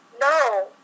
No